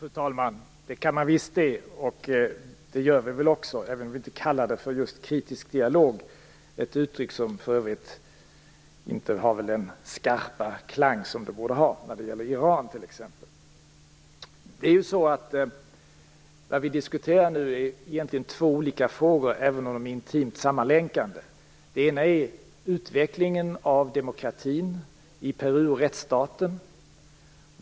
Fru talman! Det kan man visst det, och det gör vi väl också, även om vi inte kallar det för just kritisk dialog. Det är ett uttryck som för övrigt inte har den skarpa klang som det borde ha när det gäller Iran t.ex. Nu diskuterar vi egentligen två olika frågor även om de är intimt sammanlänkade. Den ena är utvecklingen av demokratin och rättsstaten i Peru.